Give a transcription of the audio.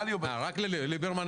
רק לליברמן...